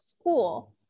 school